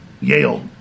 Yale